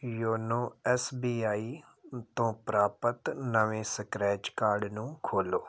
YONO S B I ਤੋਂ ਪ੍ਰਾਪਤ ਨਵੇਂ ਸਕ੍ਰੈਚ ਕਾਰਡ ਨੂੰ ਖੋਲ੍ਹੋ